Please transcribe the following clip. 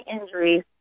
injuries